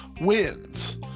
Wins